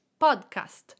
podcast